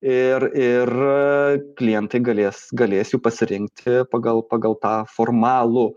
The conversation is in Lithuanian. ir ir klientai galės galės jau pasirinkti pagal pagal tą formalų